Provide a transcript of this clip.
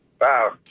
Wow